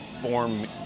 form